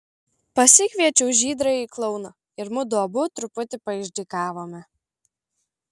pasikviečiau žydrąjį klouną ir mudu abu truputį paišdykavome